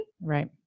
Right